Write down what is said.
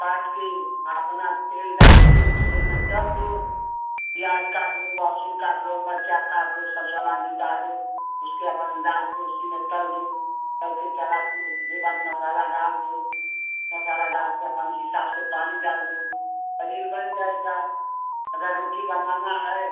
काट के अपना तेल डाल के तेल में तल दो प्याज काट लो लहसुन काट लो मिर्चा काट लो सब सामान जुटा लो उसके अपन डाल के उसी में तल दो तल के चला के उसके बाद मसाला डाल दो मसाला डाल के अपन हिसाब से पानी डाल दो पनीर बन जाएगा अगर रोटी बनाना है